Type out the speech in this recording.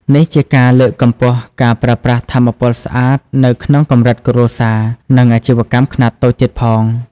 នេះជាការលើកកម្ពស់ ការប្រើប្រាស់ថាមពលស្អាតនៅក្នុងកម្រិតគ្រួសារ និងអាជីវកម្មខ្នាតតូចទៀតផង។